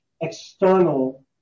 external